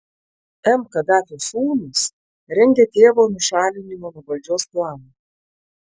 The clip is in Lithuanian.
m kadafio sūnūs rengia tėvo nušalinimo nuo valdžios planą